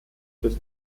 des